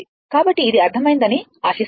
కాబట్టి ఇది అర్థమైందని ఆశిస్తున్నాను